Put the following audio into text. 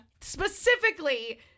Specifically